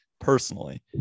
personally